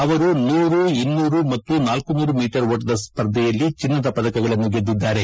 ಅವರು ನೂರು ಇನ್ನೂರು ಮತ್ತು ನಾನೂರು ಮೀಟರ್ ಓಟದ ಸ್ಪರ್ಧೆಯಲ್ಲಿ ಚಿನ್ನದ ಪದಕಗಳನ್ನು ಗೆದ್ದಿದ್ದಾರೆ